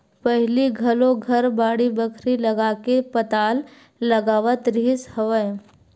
पहिली घरो घर बाड़ी बखरी लगाके पताल लगावत रिहिस हवय